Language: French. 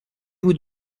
vous